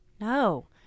No